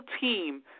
team